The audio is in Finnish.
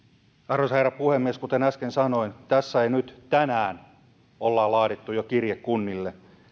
arvoisa herra puhemies kuten äsken sanoin tässä ja nyt tänään on laadittu jo kirje kunnille